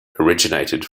originated